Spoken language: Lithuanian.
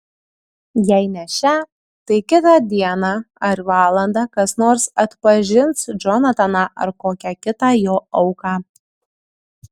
jei ne šią tai kitą dieną ar valandą kas nors atpažins džonataną ar kokią kitą jo auką